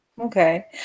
Okay